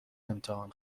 امتحان